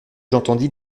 j’entendis